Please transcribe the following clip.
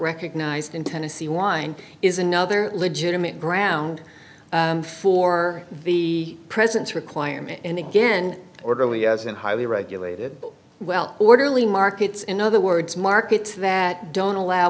recognized in tennessee wine is another legitimate ground for the presence requirement and again orderly as in highly regulated well orderly markets in other words markets that don't allow